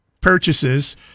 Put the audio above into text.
purchases